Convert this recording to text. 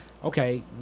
Okay